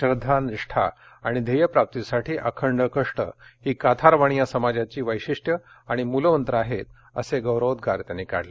श्रद्वा निष्ठा आणि घ्येयप्राप्तीसाठी अखंड कष्ट ही काथार वाणी या समाजाची वैशिष्ट्ये याणि मूलमंत्र आहेत असे गौरवोद्मार त्यांनी काढले